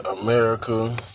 America